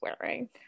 wearing